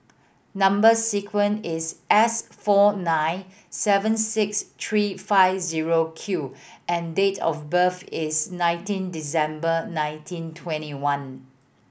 number sequence is S four nine seven six three five zero Q and date of birth is nineteen December nineteen twenty one